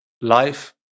life